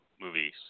movies